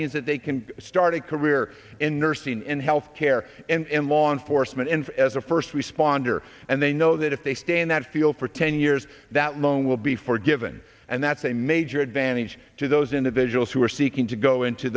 means that they can start a career in nursing in health care and law enforcement and as a first responder and they know that if they stay in that field for ten years that loan will be forgiven and that's a major advantage to those individuals who are seeking to go into